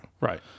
Right